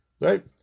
right